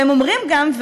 והם אומרים גם,